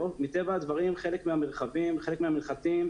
מטבע הדברים חלק מהמרחבים, חלק מהמנחתים,